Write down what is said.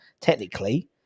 technically